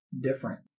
different